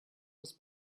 was